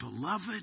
beloved